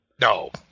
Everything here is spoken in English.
No